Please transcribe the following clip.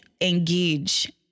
engage